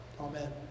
Amen